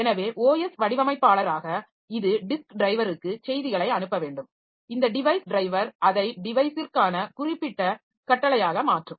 எனவே OS வடிவமைப்பாளராக இது டிஸ்க் ட்ரைவருக்கு செய்திகளை அனுப்ப வேண்டும் இந்த டிவைஸ் ட்ரைவர் அதை டிவைஸிற்கான குறிப்பிட்ட கட்டளையாக மாற்றும்